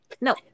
No